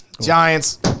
Giants